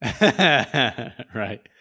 Right